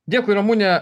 dėkui ramune